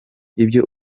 ibyo